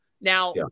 Now